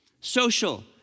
Social